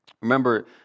Remember